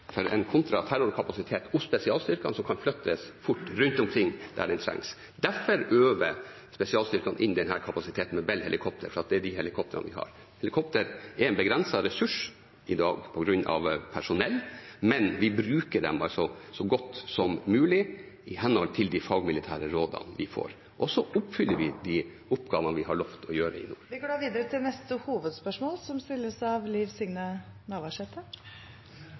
for en kontraterrorkapasitet hos spesialstyrkene som kan flyttes fort rundt omkring der den trengs. Derfor øver spesialstyrkene inn denne kapasiteten med Bell-helikoptre, fordi det er de helikoptrene vi har. Helikoptre er en begrenset ressurs i dag på grunn av personell, men vi bruker dem så godt som mulig, i henhold til de fagmilitære rådene vi får. Og så utfører vi de oppgavene vi har lovet å gjøre i nord. Vi går videre til neste hovedspørsmål. Det vert mykje trim i dag, spesielt for dei av